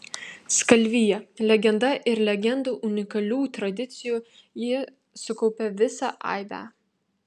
skalvija legenda ir legendų unikalių tradicijų ji sukaupė visą aibę